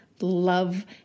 love